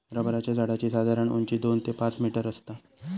रबराच्या झाडाची साधारण उंची दोन ते पाच मीटर आसता